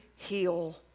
heal